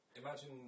Imagine